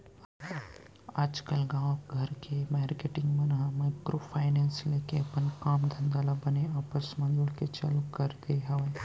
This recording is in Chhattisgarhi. आजकल गाँव घर के मारकेटिंग मन ह माइक्रो फायनेंस लेके अपन काम धंधा ल बने आपस म जुड़के चालू कर दे हवय